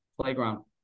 playground